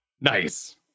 Nice